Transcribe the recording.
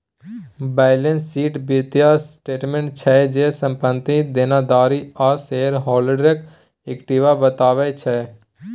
balance sheet बित्तीय statement छै जे, संपत्ति, देनदारी आ शेयर हॉल्डरक इक्विटी बताबै छै